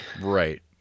Right